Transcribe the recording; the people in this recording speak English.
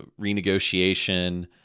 renegotiation